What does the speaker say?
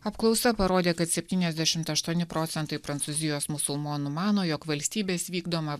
apklausa parodė kad septyniasdešimt aštuoni procentai prancūzijos musulmonų mano jog valstybės vykdoma